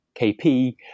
KP